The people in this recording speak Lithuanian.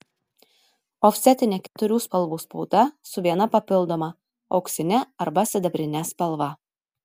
ofsetinė keturių spalvų spauda su viena papildoma auksine arba sidabrine spalva